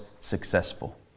successful